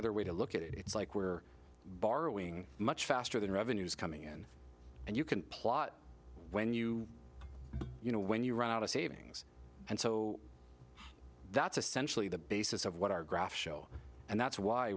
other way to look at it it's like we're borrowing much faster than revenues coming in and you can plot when you you know when you run out of savings and so that's essentially the basis of what our graphs show and that's why